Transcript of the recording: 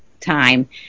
time